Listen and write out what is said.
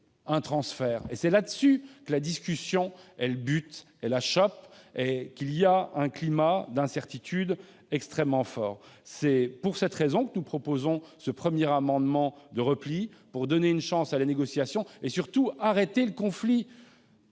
tel transfert. C'est là-dessus que la discussion bute, achoppe, ce qui crée ce climat d'incertitude extrêmement fort. C'est pour cette raison que nous proposons ce premier amendement de repli, pour donner une chance à la négociation et, surtout, arrêter le conflit.